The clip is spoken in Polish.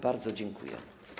Bardzo dziękuję.